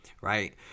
right